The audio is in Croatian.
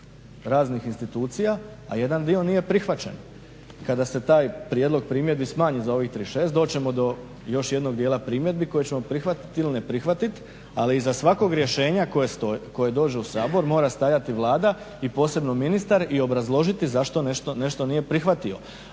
raznih institucija, a jedan dio nije prihvaćen. Kada se taj prijedlog primjedbi smanji za ovih 36 doći ćemo do još jednog dijela primjedbi koji ćemo prihvatiti ili ne prihvatiti, ali iza svakog rješenja koje dođe u Sabor mora stajati Vlada i posebno ministar i obrazložiti zašto nešto nije prihvatio.